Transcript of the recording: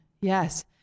yes